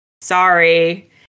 sorry